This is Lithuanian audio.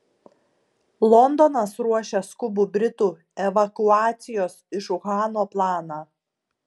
londonas ruošia skubų britų evakuacijos iš uhano planą